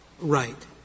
right